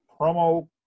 promo